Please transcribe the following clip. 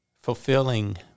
Fulfilling